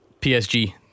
PSG